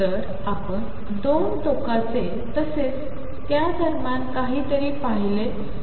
तर आपणदोनटोकाचेतसेचत्यादरम्यानकाहीतरीपाहिलेआहे